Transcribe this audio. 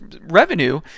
revenue